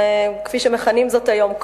קואוצ'ר כפי שמכנים זאת היום,